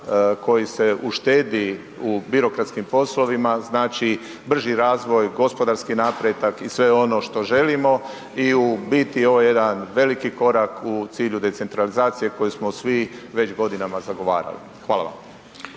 koji se uštedi u birokratskim poslovima znači brži razvoj, gospodarski napredak i sve ono što želimo i u biti ovo je jedan veliki korak u cilju decentralizacije koji smo svi već godinama zagovarali. Hvala vam.